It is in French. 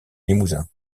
limousin